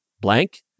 Blank